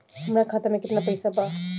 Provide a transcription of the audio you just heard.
हमरा खाता में केतना पइसा बा?